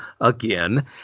again